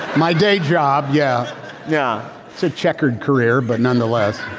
my day job, yeah yeah it's a checkered career, but nonetheless